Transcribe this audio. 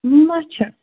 مَہ چھِ